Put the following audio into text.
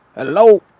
Hello